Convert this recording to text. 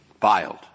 Filed